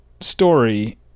story